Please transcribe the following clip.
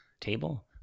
Table